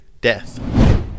Death